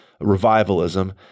revivalism